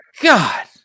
god